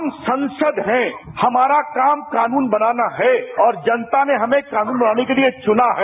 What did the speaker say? हम संसद हैं हमारा काम कानून बनाना है और जनता ने हमें कानून बनाने के लिए हमें चुना है